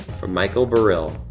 from michael barill.